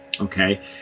okay